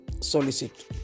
solicit